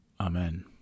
Amen